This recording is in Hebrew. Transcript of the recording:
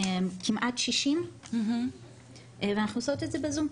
כמעט 60. אנחנו עושות את זה בזום.